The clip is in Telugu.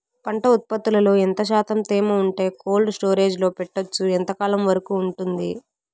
పంట ఉత్పత్తులలో ఎంత శాతం తేమ ఉంటే కోల్డ్ స్టోరేజ్ లో పెట్టొచ్చు? ఎంతకాలం వరకు ఉంటుంది